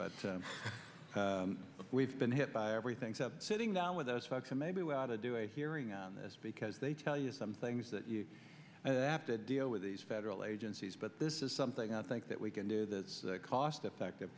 yet but we've been hit by everything's up sitting down with those folks who maybe were out to do a hearing on this because they tell you some things that you have to deal with these federal agencies but this is something i think that we can do that's cost effective